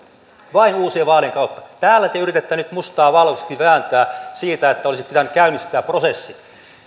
vain uusien vaalien kautta täällä te yritätte nyt mustaa valkoiseksi vääntää siitä että olisi pitänyt käynnistää prosessi